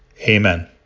amen